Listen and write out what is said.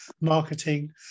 marketing